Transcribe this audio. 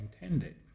intended